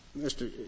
Mr